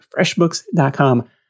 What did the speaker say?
FreshBooks.com